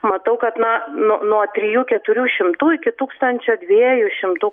matau kad na nuo nuo trijų keturių šimtų iki tūkstančio dviejų šimtų